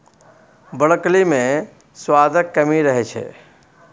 broccoli मे सुआदक कमी रहै छै